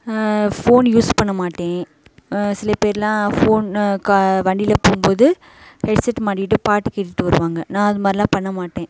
phone use பண்ண மாட்டேன் சில பேர்லாம் ஃபோன் க வண்டியில் போகும்போது ஹெட்செட் மாட்டிக்கிட்டு பாட்டு கேட்டுட்டு வருவாங்க நான் அது மாதிரிலாம் பண்ண மாட்டேன்